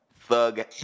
Thug